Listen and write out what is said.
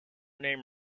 name